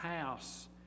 house